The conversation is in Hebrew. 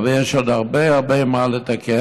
אבל יש עוד הרבה הרבה מה לתקן,